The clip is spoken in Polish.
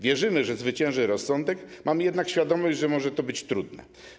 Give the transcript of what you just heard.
Wierzymy, że zwycięży rozsądek, mamy jednak świadomość, że może to być trudne.